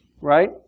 right